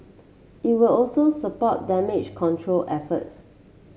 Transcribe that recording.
it will also support damage control efforts